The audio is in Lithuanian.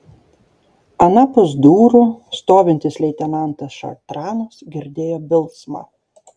anapus durų stovintis leitenantas šartranas girdėjo bilsmą